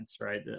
right